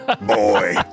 boy